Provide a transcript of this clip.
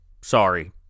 sorry